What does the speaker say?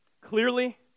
clearly